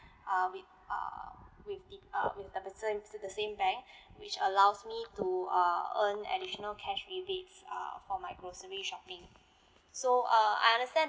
uh with uh with the uh with the person to the same bank which allows me to uh earn additional cash rebates uh for my grocery shopping so uh I understand